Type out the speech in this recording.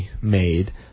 made